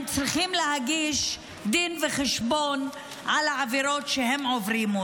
צריכים להגיש דין וחשבון על העבירות שהם עוברים.